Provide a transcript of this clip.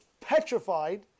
petrified